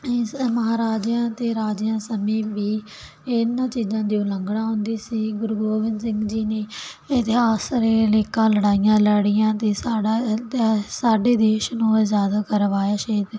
ਇਸ ਮਹਾਰਾਜਿਆਂ ਅਤੇ ਰਾਜਿਆਂ ਸਮੇਂ ਵੀ ਇਨ੍ਹਾਂ ਚੀਜਾਂ ਦੀ ਉਲੰਘਣਾ ਹੁੰਦੀ ਸੀ ਗੁਰੂ ਗੋਬਿੰਦ ਸਿੰਘ ਜੀ ਨੇ ਇਤਿਹਾਸ ਲਈ ਅਨੇਕਾਂ ਲੜਾਈਆਂ ਲੜੀਆਂ ਅਤੇ ਸਾਡਾ ਸਾਡੇ ਦੇਸ਼ ਨੂੰ ਅਜ਼ਾਦ ਕਰਵਾਇਆ ਸ਼ਹੀਦ